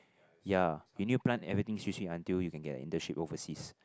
ya you need to plan everything until you can get a internship overseas